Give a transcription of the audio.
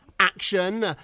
action